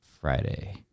Friday